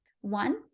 One